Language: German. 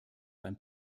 beim